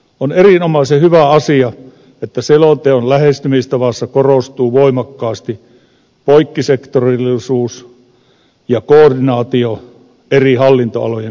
on erinomaisen hyvä asia että selonteon lähestymistavassa korostuvat voimakkaasti poikkisektorillisuus ja koordinaatio eri hallintoalojen kanssa